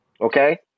Okay